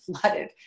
flooded